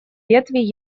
ветви